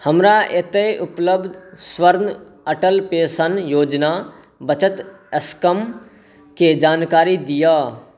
हमरा एतय उपलब्ध स्वर्ण अटल पेंशन योजना बचत स्कीमके जानकारी दिअ